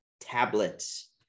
tablets